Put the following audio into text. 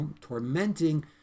tormenting